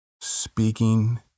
speaking